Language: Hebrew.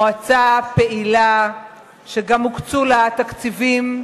מועצה פעילה שגם הוקצו לה תקציבים,